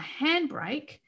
handbrake